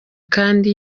kandi